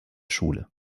schule